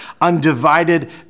Undivided